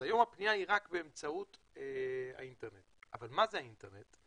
היום הפנייה היא רק באמצעות האינטרנט אבל מה זה האינטרנט?